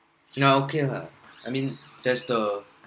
yeah okay lah I mean that's the